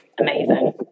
amazing